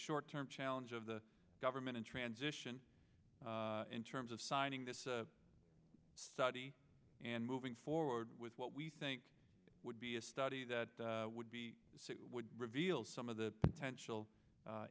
short term challenge of the government in transition in terms of signing this study and moving forward with what we think would be a study that would be would reveal some of the potential